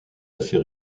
assez